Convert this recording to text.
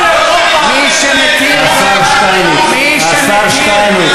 השר שטייניץ, השר שטייניץ.